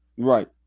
right